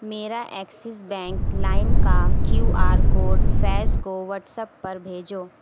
میرا Axis bank لائم کا کیو آر کوڈ فیض کو وٹسپ پر بھیجو